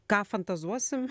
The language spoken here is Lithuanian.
ką fantazuosim